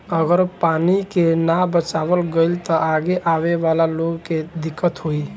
अगर पानी के ना बचावाल गइल त आगे आवे वाला लोग के दिक्कत होई